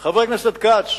חבר הכנסת כץ,